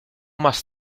más